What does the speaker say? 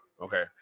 okay